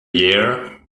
year